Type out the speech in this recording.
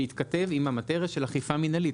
שיתכתב עם המאטריה של אכיפה מנהלית.